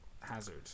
Hazard